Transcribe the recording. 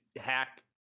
hack